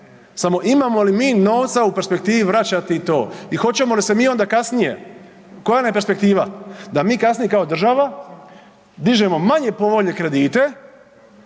Samo imamo li mi novca u perspektivi vraćati to i hoćemo li se mi onda kasnije, koja nam je perspektiva da mi kasnije kao država dižemo manje povoljne kredite